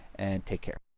and take care.